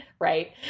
right